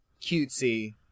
Cutesy